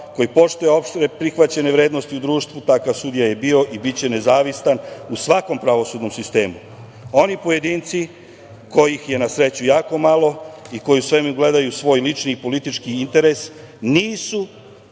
koji poštuje opšteprihvaćene vrednosti u društvu, takav je sudija bio i biće nezavistan u svakom pravosudnom sistemu. Oni pojedinci, kojih je na sreću jako malo i koji u svemu gledaju svoj lični i politički interes nisu,